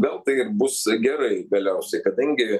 gal tai ir bus gerai galiausiai kadangi